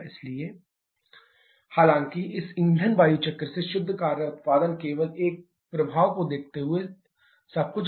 इसलिए Wnettharea 1 2 3 4 1 हालांकि इस ईंधन वायु चक्र से शुद्ध कार्य उत्पादन केवल एक प्रभाव को देखते हुए सब कुछ गलत है